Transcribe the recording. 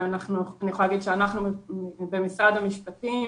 אני יכולה להגיד שאנחנו במשרד המשפטים